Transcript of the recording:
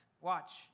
Watch